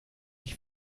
ich